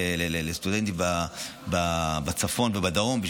לסטודנטים בצפון ובדרום,